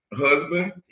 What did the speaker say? husband